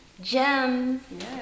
Gems